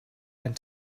and